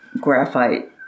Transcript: graphite